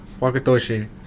Wakatoshi